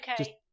okay